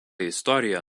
istoriją